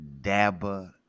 dabba